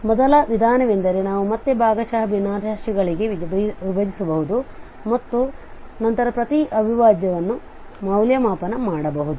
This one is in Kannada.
ಮೊದಲ ವಿಧಾನವೆಂದರೆ ನಾವು ಮತ್ತೆ ಭಾಗಶಃ ಭಿನ್ನರಾಶಿಗಳಾಗಿ ವಿಭಜಿಸಬಹುದು ಮತ್ತು ನಂತರ ಪ್ರತಿ ಅವಿಭಾಜ್ಯವನ್ನು ಮೌಲ್ಯಮಾಪನ ಮಾಡಬಹುದು